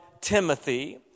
Timothy